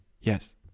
Yes